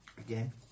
Again